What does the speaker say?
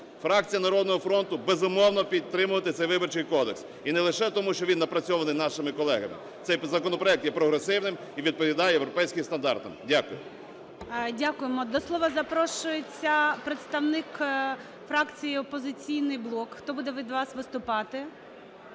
Фракція "Народного фронту" безумовно підтримує цей Виборчий кодекс, і не лише тому, що він напрацьований нашими колегами. Цей законопроект є прогресивним і відповідає європейським стандартам. Дякую. ГОЛОВУЮЧИЙ. Дякуємо. До слова запрошується представник фракції "Опозиційний блок". Хто буде від вас виступати?